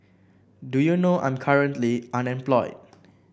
do you know I'm currently unemployed